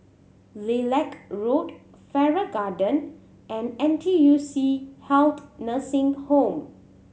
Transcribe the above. Lilac Road Farrer Garden and N T U C Health Nursing Home